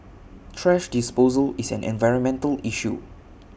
thrash disposal is an environmental issue